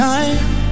Time